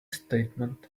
statement